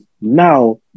now